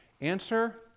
Answer